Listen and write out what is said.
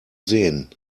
sehen